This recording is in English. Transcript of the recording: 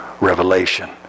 Revelation